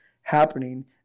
happening